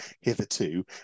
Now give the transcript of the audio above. hitherto